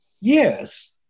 yes